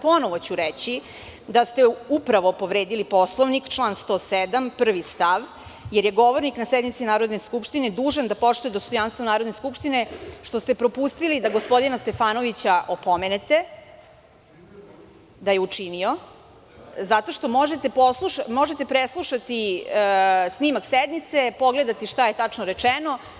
Ponovo ću reći da ste upravo povredili Poslovnik, član 107. prvi stav, jer je govornik na sednici Narodne skupštine dužan da poštuje dostojanstvo Narodne skupštine, što ste propustili da gospodina Stefanovića opomenete da je učinio, zato što možete preslušati snimak sednice, pogledati šta je tačno rečeno.